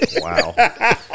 Wow